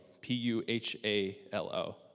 P-U-H-A-L-O